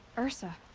ersa.